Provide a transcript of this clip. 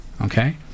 Okay